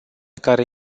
care